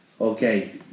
Okay